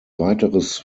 weiteres